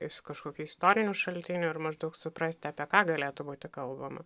iš kažkokių istorinių šaltinių ir maždaug suprasti apie ką galėtų būti kalbama